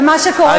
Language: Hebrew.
ומה שקורה כאן,